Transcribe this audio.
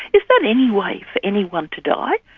is that any way for anyone to die?